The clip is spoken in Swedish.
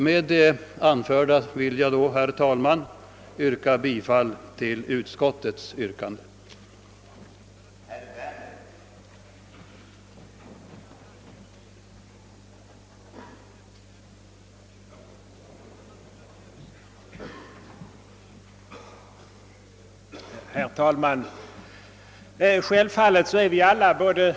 Med det anförda ber jag, herr talman, att få yrka bifall till utskottets hemställan.